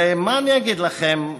מה אני אגיד לכם?